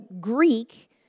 Greek